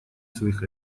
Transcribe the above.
своих